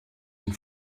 den